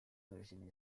version